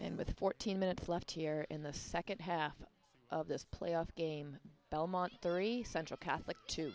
with fourteen minutes left here in the second half of this playoff game belmont three central catholic t